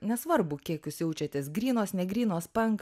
nesvarbu kiek jūs jaučiatės grynos negrynos pank